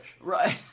Right